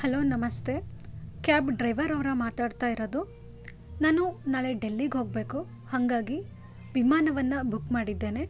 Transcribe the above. hello ನಮಸ್ತೆ cab driver ಅವರಾ ಮಾತಾಡ್ತಾ ಇರೋದು ನಾನು ನಾಳೆ ಡೆಲ್ಲಿಗೆ ಹೋಗಬೇಕು ಹಾಗಾಗಿ ವಿಮಾನವನ್ನು ಬುಕ್ ಮಾಡಿದ್ದೇನೆ